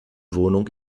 wohnung